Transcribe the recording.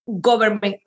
government